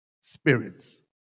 spirits